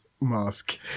mask